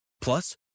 Plus